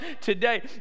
today